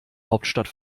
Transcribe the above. hauptstadt